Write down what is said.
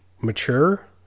mature